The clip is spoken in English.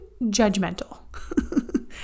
judgmental